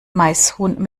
maishuhn